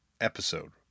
episode